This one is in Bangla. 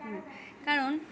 কারণ